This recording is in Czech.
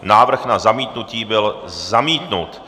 Návrh na zamítnutí byl zamítnut.